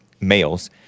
males